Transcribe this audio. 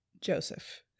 Joseph